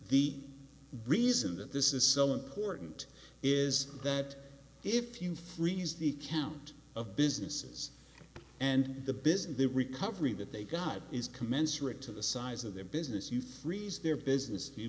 the reason that this is so important is that if you freeze the count of businesses and the business the recovery that they got is commensurate to the size of their business you freeze their business you